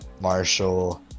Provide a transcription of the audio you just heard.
Marshall